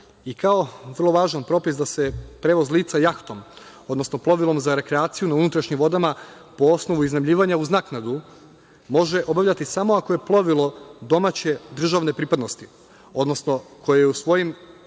i kao vrlo važan propis, da se prevoz lica jahtom, odnosno plovilom za rekreaciju u unutrašnjim vodama, po osnovu iznajmljivanja uz naknadu može obavljati samo ako je plovilo domaće državne pripadnosti, odnosno koje je u svojini